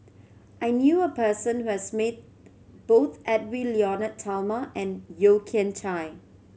I knew a person who has met both Edwy Lyonet Talma and Yeo Kian Chye